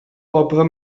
poble